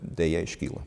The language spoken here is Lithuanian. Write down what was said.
deja iškyla